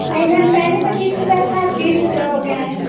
नहीं मैम पहले पचीस रुपया था अब तीस रुपया हो गया है